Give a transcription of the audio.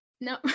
No